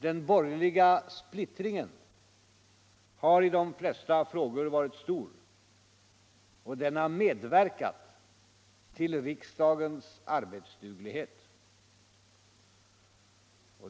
Den borgerliga splittringen har i de flesta frågor varit stor. Den har medverkat till riksdagens arbetsduglighet.